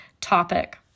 topic